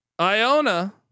Iona